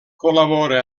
col·labora